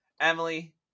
Emily